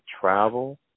travel